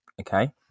Okay